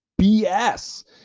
BS